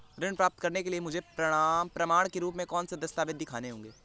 ऋण प्राप्त करने के लिए मुझे प्रमाण के रूप में कौन से दस्तावेज़ दिखाने होंगे?